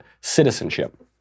citizenship